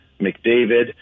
McDavid